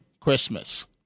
Christmas